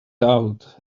out